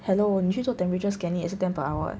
hello 你去做 temperature scanning 也是 ten per hour